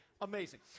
amazing